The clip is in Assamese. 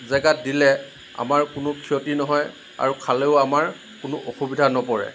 জেগাত দিলে আমাৰ কোনো ক্ষতি নহয় আৰু খালেও আমাৰ কোনো অসুবিধাত নপৰে